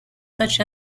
such